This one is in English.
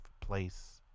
place